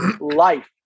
life